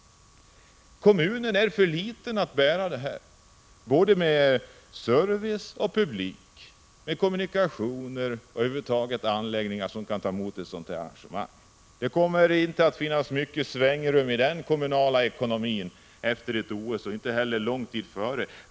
Kommunen är för liten för att kunna bära ansvaret i detta sammanhang. Jag avser då såväl service och publiktillströmning som kommunikationer och anläggningar som har tillräcklig kapacitet för ett sådant här arrangagemang. Det kommer inte att finnas mycket svängrum i denna kommuns ekonomi. Det gäller inte bara efter OS utan också lång tid före OS.